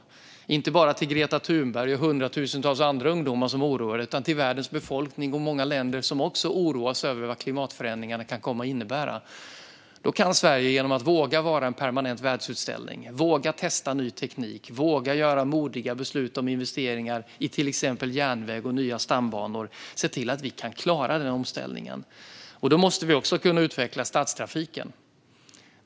Det är en signal inte bara till Greta Thunberg och hundratusentals andra ungdomar som är oroade utan till hela världens befolkning och många länder som också oroas över vad klimatförändringarna kan komma att innebära. Då kan Sverige genom att våga vara en permanent världsutställning, våga testa ny teknik och våga fatta modiga beslut om investeringar i till exempel järnväg och nya stambanor se till att vi kan klara omställningen. Då måste vi också kunna utveckla stadstrafiken.